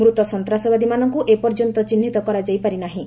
ମୃତ ସନ୍ତାସବାଦୀମାନଙ୍କୁ ଏ ପର୍ଯ୍ୟନ୍ତ ଚିହ୍ନିତ କରାଯାଇପାରି ନାହିଁ